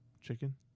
Chicken